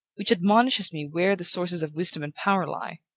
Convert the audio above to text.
which admonishes me where the sources of wisdom and power lie,